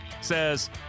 says